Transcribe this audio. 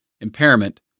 impairment